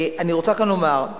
אני רוצה כאן לומר: